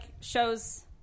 shows